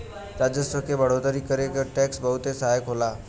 राजस्व क बढ़ोतरी करे में टैक्स बहुत सहायक होला